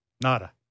Nada